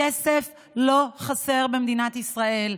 כסף לא חסר במדינת ישראל.